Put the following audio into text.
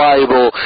Bible